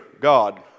God